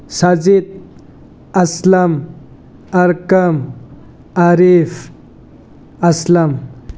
Sajit Aslam Arkam Arif Aslam